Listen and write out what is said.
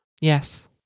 Yes